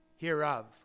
hereof